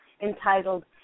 entitled